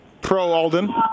pro-Alden